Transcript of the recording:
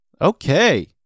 Okay